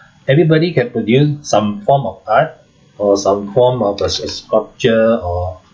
everybody can produce some form of art or some form of uh uh sculpture or